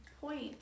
point